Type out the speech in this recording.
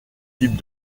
types